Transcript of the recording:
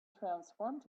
transformed